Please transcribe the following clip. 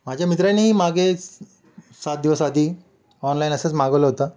माझ्या मित्राने मागे सात दिवस आधी ऑनलाईन असंच मागवलं होतं